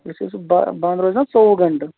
یُتھُے سُہ بنٛد بنٛد روزِ نا ژوٚوُہ گَنٹہٕ